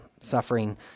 suffering